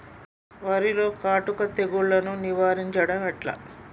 వరిలో కాటుక తెగుళ్లను నివారించడం ఎట్లా?